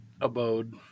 abode